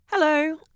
Hello